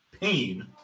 pain